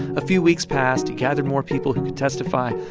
a few weeks passed. he gathered more people who could testify.